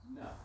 No